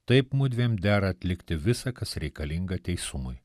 taip mudviem dera atlikti visa kas reikalinga teisumui